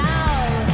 out